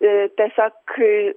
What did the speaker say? tiesiog kai